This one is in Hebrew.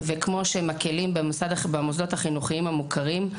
כמו שמקלים במוסדות החינוכיים המוכרים,